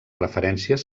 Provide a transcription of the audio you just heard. referències